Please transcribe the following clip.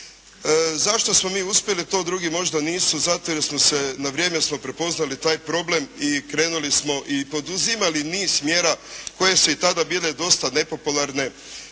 Zašto smo mi uspjeli to, drugi možda nisu. Zato jer smo navrijeme prepoznali taj problem i krenuli smo i poduzimali niz mjera koje su i tada bile dosta nepopularne.